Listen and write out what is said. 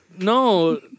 No